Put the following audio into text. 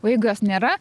o jeigu jos nėra